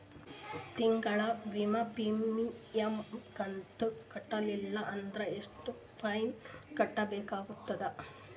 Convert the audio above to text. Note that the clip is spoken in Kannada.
ತಿಂಗಳ ವಿಮಾ ಪ್ರೀಮಿಯಂ ಕಂತ ಕಟ್ಟಲಿಲ್ಲ ಅಂದ್ರ ಎಷ್ಟ ಫೈನ ಕಟ್ಟಬೇಕಾಗತದ?